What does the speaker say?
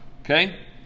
Okay